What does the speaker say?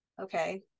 okay